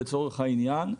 לצורך העניין,